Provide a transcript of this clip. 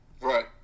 Right